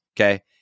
Okay